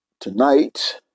Tonight